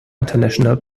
international